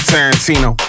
Tarantino